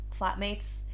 flatmates